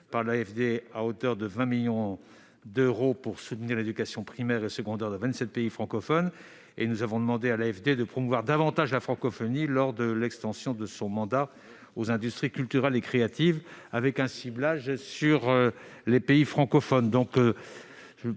l'AFD, afin de soutenir l'éducation primaire et secondaire de 27 pays francophones. Nous avons demandé à l'AFD de promouvoir davantage la francophonie, à l'occasion de l'extension de son mandat aux industries culturelles et créatives, avec un ciblage sur les pays francophones.